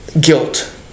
guilt